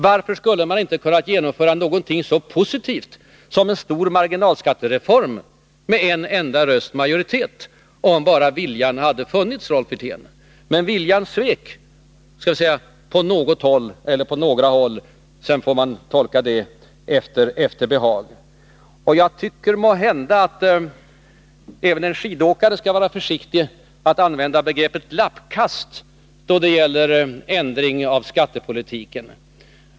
Varför skulle man inte ha kunnat genomföra någonting så positivt som en stor marginalskattereform med en enda rösts majoritet, om bara viljan funnits, Rolf Wirtén? Men viljan svek — skall vi säga på något håll eller på några håll; sedan får man tolka det efter behag. Jag tycker måhända att även en skidåkare skall vara försiktig med att använda begreppet ”lappkast” då det gäller ändring av skattepolitiken.